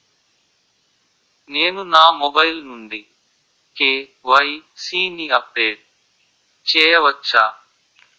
నేను నా మొబైల్ నుండి కే.వై.సీ ని అప్డేట్ చేయవచ్చా?